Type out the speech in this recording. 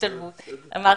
הנושא הזה,